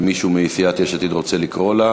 אם מישהו מסיעת יש עתיד רוצה לקרוא לה,